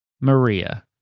Maria